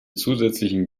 zusätzlichen